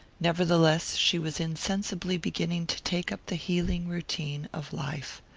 nevertheless, she was insensibly beginning to take up the healing routine of life.